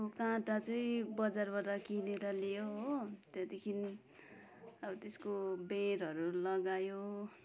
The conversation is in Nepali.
अब काँटा चाहिँ बजारबाट किनेर ल्यायो हो त्यहाँदेखि अब त्यसको बिँडहरू लगायो